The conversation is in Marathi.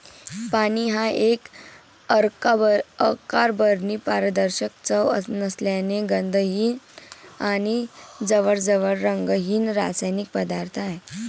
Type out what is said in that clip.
पाणी हा एक अकार्बनी, पारदर्शक, चव नसलेला, गंधहीन आणि जवळजवळ रंगहीन रासायनिक पदार्थ आहे